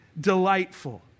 delightful